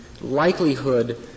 likelihood